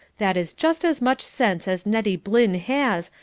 that is just as much sense as nettie blynn has,